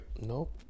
Nope